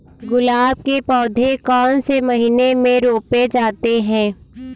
गुलाब के पौधे कौन से महीने में रोपे जाते हैं?